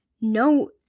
No